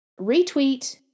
retweet